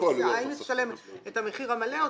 האם היא תשלם את המחיר המלא או